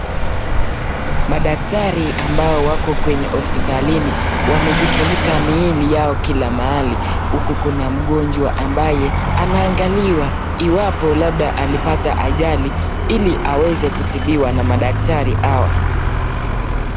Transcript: Madaktari ambao wako kwenye hospitalini . Wamejifunika miili yao kila mahali huku kuna mgonjwa ambaye anaangaliwa iwapo alipata ajali ili aweze kutibiwa na madaktari hawa,